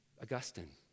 Augustine